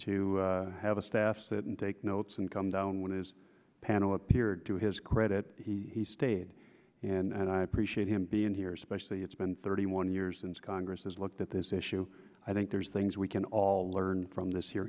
to have a staff sit and take notes and come down when his panel appeared to his credit he stayed and i appreciate him being here especially it's been thirty one years since congress has looked at this issue i think there's things we can all learn from this hear